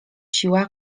siła